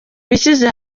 bishyize